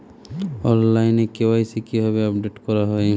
অনলাইনে কে.ওয়াই.সি কিভাবে আপডেট করা হয়?